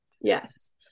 Yes